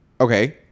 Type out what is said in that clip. Okay